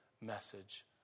message